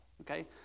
okay